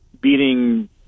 beating